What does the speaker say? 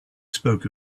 spoke